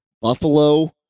Buffalo